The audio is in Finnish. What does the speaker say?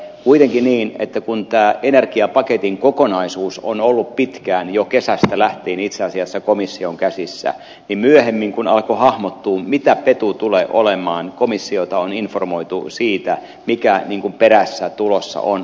kuitenkin kun tämän energiapaketin kokonaisuus on ollut pitkään jo kesästä lähtien itse asiassa komission käsissä niin myöhemmin kun alkoi hahmottua mitä petu tulee olemaan komissiota on informoitu siitä mikä perässä tulossa on